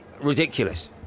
Ridiculous